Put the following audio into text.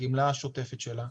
הגמלה השוטפת שלה,